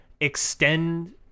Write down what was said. extend